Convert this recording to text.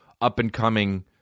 up-and-coming